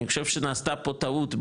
אני חושב שנעשתה פה טעות,